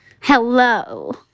Hello